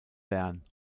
bern